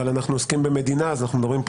אבל אנחנו עוסקים במדינה אז אנחנו מדברים פה